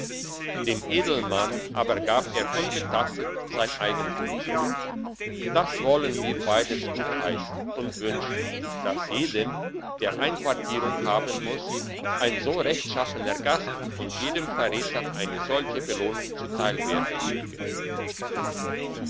dem edelmann aber gab er unbetastet sein eigentum zurück das wollen wir beides gutheissen und wünschen dass jedem der einquartierung haben muss ein so rechtschaffener gast und jedem verräter eine solche belohnung zuteil werden möge